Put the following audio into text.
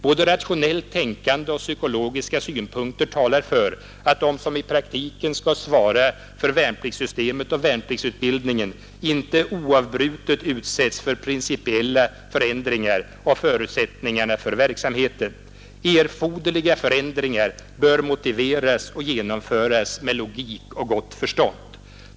Både rationellt tänkande och psykologiska synpunkter talar för att de som i praktiken skall svara för värnplikts systemet och värnpliktsutbildningen inte oavbrutet utsätts för principiella förändringar av förutsättningarna för verksamheten, Erforderliga förändringar bör motiveras och genomföras med logik och gott förstånd.